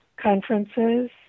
conferences